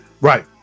right